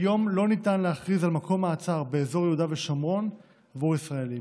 כיום לא ניתן להכריז על מקום מעצר באזור יהודה ושומרון עבור ישראלים.